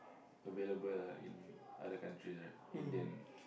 available ah in other countries right Indian